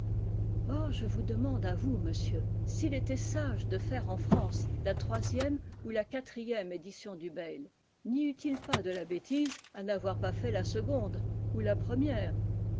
or je vous demande à vous monsieur s'il était sage de faire en france la troisième ou la quatrième édition du bayle n'y eut-il pas de la bêtise à n'avoir pas fait la seconde ou la première